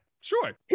Sure